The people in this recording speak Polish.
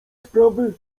sprawy